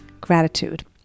gratitude